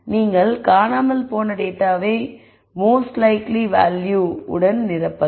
நீங்கள் காணாமல் போன டேட்டாவை மோஸ்ட் லைக்லி வேல்யூவை உடன் நிரப்பலாம்